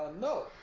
no